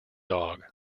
dog